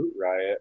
riot